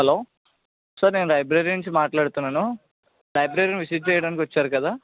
hello sir నేను library నుంచి మాట్లాడుతున్నాను లైబ్రరీని విజిట్ చేయడానికి వచ్చారు కదా